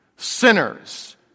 Sinners